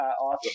Awesome